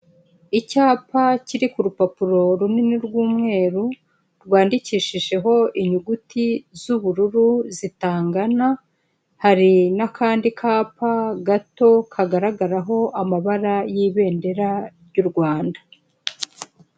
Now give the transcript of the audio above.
Icyapa kiri ku rupapuro runini rw'umweru rwandikishijeho inyuguti z'ubururu zitangana, hari n'akandi kapa gato kagaragaraho amabara y'ibendera ry'u Rwanda.